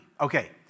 Okay